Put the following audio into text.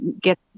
get